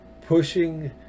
pushing